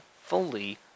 fully